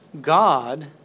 God